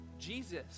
Jesus